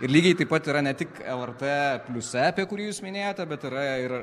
ir lygiai taip pat yra ne tik lrt pliuse apie kurį jūs minėjote bet yra ir